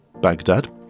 Baghdad